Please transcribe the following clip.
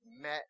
met